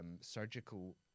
surgical